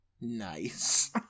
Nice